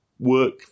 work